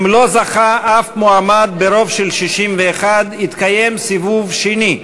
אם לא זכה אף מועמד ברוב של 61, יתקיים סיבוב שני,